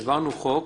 העברנו חוק